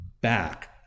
back